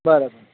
બરાબર